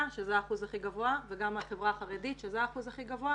שזה האחוז הכי גבוה וגם החברה החרדית שזה האחוז הכי גבוה,